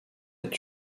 est